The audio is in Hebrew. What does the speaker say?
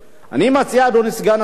אני מציע, אדוני סגן השר,